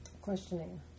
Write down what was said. Questioning